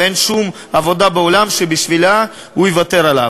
ואין שום עבודה בעולם שבשבילה הוא יוותר עליו.